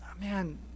man